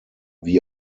wie